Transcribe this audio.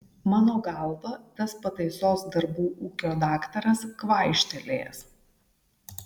mano galva tas pataisos darbų ūkio daktaras kvaištelėjęs